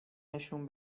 نشون